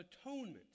atonement